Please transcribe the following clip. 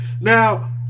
Now